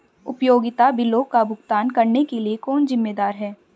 उपयोगिता बिलों का भुगतान करने के लिए कौन जिम्मेदार है?